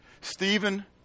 Stephen